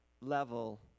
level